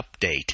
Update